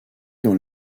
dans